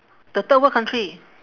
the third world country